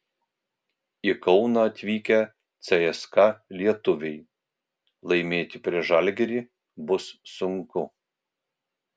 į kauną atvykę cska lietuviai laimėti prieš žalgirį bus sunku